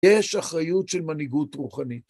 יש אחריות של מנהיגות רוחנית.